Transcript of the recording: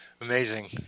Amazing